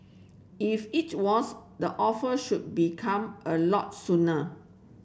if it was the offer should be come a lot sooner